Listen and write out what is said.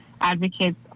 advocates